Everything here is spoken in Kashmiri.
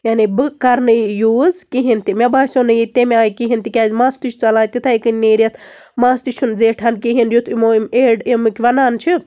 یعنی بہٕ کَرنہٕ یہِ یوٗز کِہیٖنۍ تہِ مےٚ باسیو نہٕ یہِ تمہِ آیہِ کِہیٖنۍ تِکیازِ مَس تہِ چھُ ژلان تِتھٔے کٔنۍ نیرِتھ مَس تِہ چھُنہٕ زیٹھان کِہیٖنۍ یُتھ یِمَو یِم ایٚڈ أمکۍ وَنان چھِ